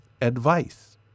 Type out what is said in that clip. advice